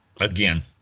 again